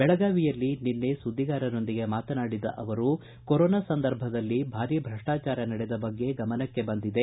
ಬೆಳಗಾವಿಯಲ್ಲಿ ನಿನ್ನೆ ಸುದ್ದಿಗಾರರೊಂದಿಗೆ ಮಾತನಾಡಿದ ಅವರು ಕೊರೊನಾ ಸಂದರ್ಭದಲ್ಲಿ ಭಾರೀ ಭ್ರಷ್ಷಚಾರ ನಡೆದ ಬಗ್ಗೆ ಗಮನಕ್ಕೆ ಬಂದಿದೆ